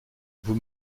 vous